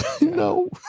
No